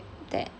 that